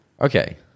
okay